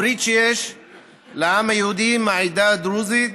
הברית שיש לעם היהודי עם העדה הדרוזית